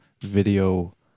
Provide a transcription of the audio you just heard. video